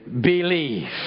believe